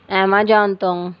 Amazon ਤੋਂ